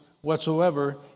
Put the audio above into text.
whatsoever